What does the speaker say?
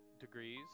degrees